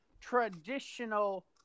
traditional